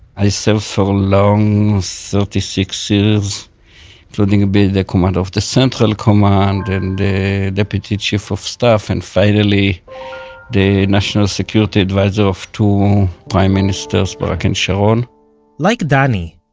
i serve for long, thirty-six years including being the commander of the central command, and deputy chief of staff and finally the national security advisor of two prime ministers, barak and sharon like danny,